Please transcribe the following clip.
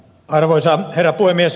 arvoisa herra puhemies